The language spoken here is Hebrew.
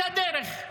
על הדרך.